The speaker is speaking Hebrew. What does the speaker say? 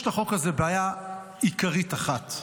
יש לחוק הזה בעיה עיקרית אחת,